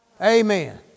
Amen